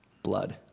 blood